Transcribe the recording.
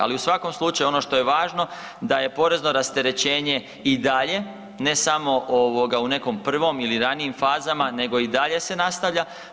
Ali u svakom slučaju ono što je važno da je porezno rasterećenje i dalje, ne samo ovoga u nekom prvom ili ranijim fazama nego i dalje se nastavlja.